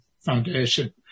foundation